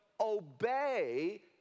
obey